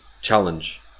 challenge